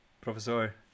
Professor